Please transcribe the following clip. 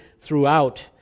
throughout